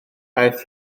aeth